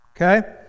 Okay